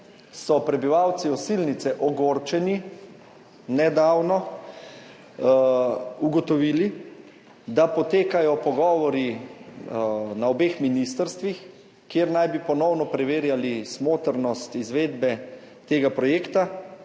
so prebivalci Osilnice ogorčeni nedavno ugotovili, da potekajo pogovori na obeh ministrstvih, kjer naj bi ponovno preverjali smotrnost izvedbe tega projekta,